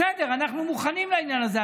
בסדר, אנחנו מוכנים לעניין הזה.